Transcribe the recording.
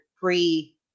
pre